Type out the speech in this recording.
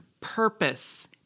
purpose